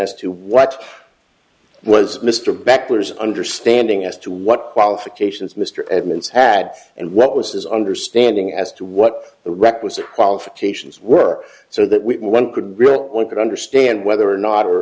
as to what was mr backwards understanding as to what qualifications mr edmunds had and what was his understanding as to what the requisite qualifications were so that we could really want to understand whether or not or